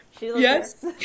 yes